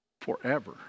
forever